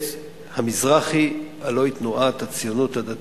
את "המזרחי", הלוא היא תנועת הציונות הדתית,